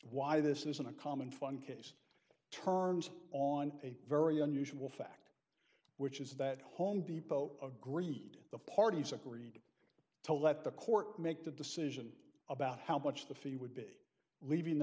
why this is an uncommon fine case terms on a very unusual fact which is that home depot agreed the parties agreed to let the court make the decision about how much the fee would be leaving the